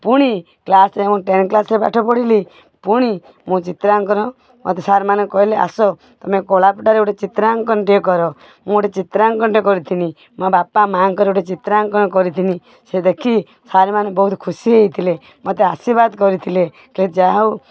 ପୁଣି କ୍ଲାସ୍ରେ ଟେନ୍ କ୍ଲାସ୍ରେ ପାଠ ପଢ଼ିଲି ପୁଣି ମୁଁ ଚିତ୍ରାଙ୍କନ ମୋତେ ସାର୍ ମାନେ କହିଲେ ଆସ ତମେ କଳାପଟାରେ ଗୋଟେ ଚିତ୍ରାଙ୍କନଟିଏ କର ମୁଁ ଗୋଟେ ଚିତ୍ରାଙ୍କନ କରିଥିଲି ମୋ ବାପା ମାଆଙ୍କର ଗୋଟେ ଚିତ୍ରାଙ୍କନ କରିଥିଲି ସେ ଦେଖି ସାର୍ ମାନେ ବହୁତ ଖୁସି ହେଇଥିଲେ ମୋତେ ଆଶୀର୍ବାଦ କରିଥିଲେ କହିଲେ ଯା ହଉ